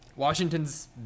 Washington's